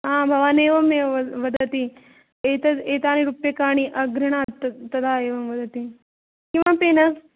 आम् भवान् एवमेव वद् वदति एतत् एतानि रूप्यकाणि अगृह्णात् तदा एवं वदति किमपि न